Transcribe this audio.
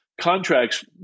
contracts